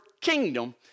kingdom